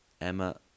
Emma